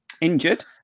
Injured